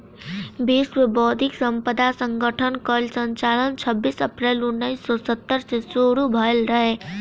विश्व बौद्धिक संपदा संगठन कअ संचालन छबीस अप्रैल उन्नीस सौ सत्तर से शुरू भयल रहे